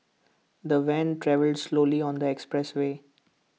the van travelled slowly on the expressway